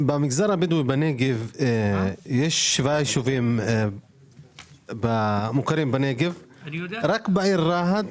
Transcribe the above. במגזר הבדואי בנגב יש שבעה ישובים מוכרים אבל רק בעיר רהט